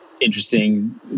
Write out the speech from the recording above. interesting